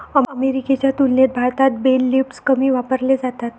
अमेरिकेच्या तुलनेत भारतात बेल लिफ्टर्स कमी वापरले जातात